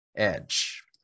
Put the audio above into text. edge